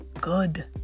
good